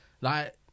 like-